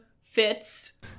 Fitz